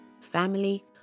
Family